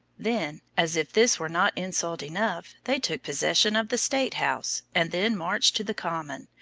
then, as if this were not insult enough, they took possession of the state house, and then marched to the common,